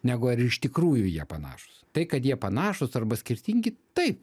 negu ar iš tikrųjų jie panašūs tai kad jie panašūs arba skirtingi taip